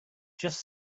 just